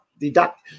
deduct